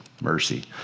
Mercy